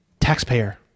Taxpayer